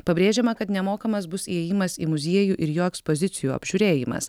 pabrėžiama kad nemokamas bus įėjimas į muziejų ir jo ekspozicijų apžiūrėjimas